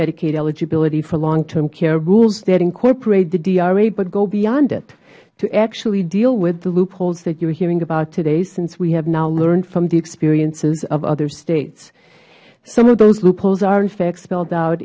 medicaid eligibility for long term care rules that incorporate the dra but go beyond it to actually deal with the loopholes you are hearing about today since we have now learned from the experiences of other states some of those loopholes are in fact spelled out